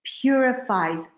purifies